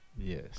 Yes